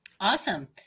Awesome